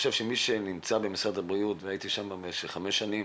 שמי שנמצא בבריאות - והייתי שם במשך חמש שנים